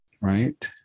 right